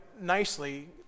nicely